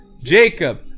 Jacob